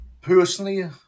Personally